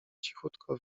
cichutko